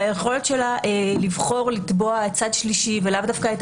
והיכולת שלה לבחור לתבוע צד שלישי ולאו דווקא את